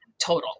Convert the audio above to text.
total